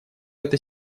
это